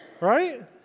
right